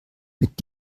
mit